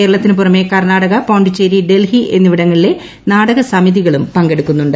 കേരളത്തിന് പുറമെ കർണ്ണാടക പോണ്ടിച്ചേരി ഡൽഹി എന്നിവിടങ്ങളിലെ നാടക സമിതികളുട്ട പങ്കെടുക്കുന്നുണ്ട്